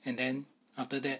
and then after that